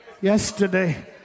Yesterday